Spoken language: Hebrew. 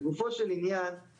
לגופו של עניין,